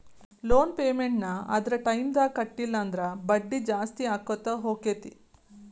loan payment ನ್ನ ಅದರ್ ಟೈಮ್ದಾಗ್ ಕಟ್ಲಿಲ್ಲಂದ್ರ ಬಡ್ಡಿ ಜಾಸ್ತಿಅಕ್ಕೊತ್ ಹೊಕ್ಕೇತಿ